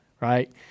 right